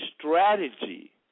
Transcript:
strategy